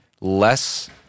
less